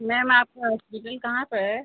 ma'am आपका hospital कहाँ पर है